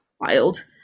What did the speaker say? Wild